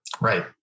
right